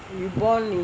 you born in